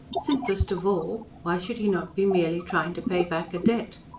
simplest of all, why should he not be merely trying to pay back a debt?